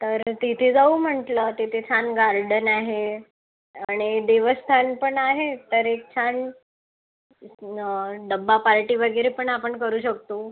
तर तिथे जाऊ म्हटलं तिथे छान गार्डन आहे आणि देवस्थान पण आहे तर एक छान डबा पार्टी वगैरे पण आपण करू शकतो